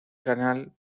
canal